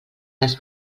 les